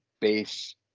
base